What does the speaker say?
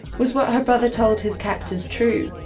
was what her brother told his captors true?